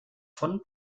von